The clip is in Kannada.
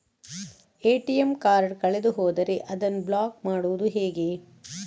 ಎ.ಟಿ.ಎಂ ಕಾರ್ಡ್ ಕಳೆದು ಹೋದರೆ ಅದನ್ನು ಬ್ಲಾಕ್ ಮಾಡುವುದು ಹೇಗೆ?